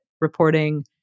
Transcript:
reporting